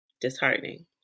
Disheartening